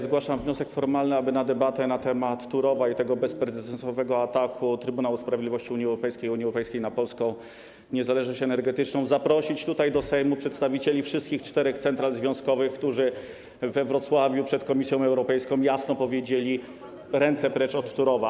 Zgłaszam wniosek formalny, aby na debatę na temat Turowa i tego bezprecedensowego ataku Trybunału Sprawiedliwości Unii Europejskiej na polską niezależność energetyczną zaprosić do Sejmu przedstawicieli wszystkich czterech central związkowych, którzy we Wrocławiu przed Komisją Europejską jasno powiedzieli: ręce precz od Turowa.